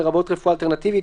לרבות רפואה אלטרנטיבית,